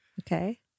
Okay